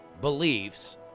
beliefs